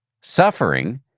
Suffering